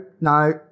no